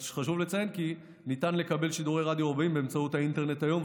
חשוב לציין כי ניתן לקבל שידורי רדיו רבים באמצעות האינטרנט היום.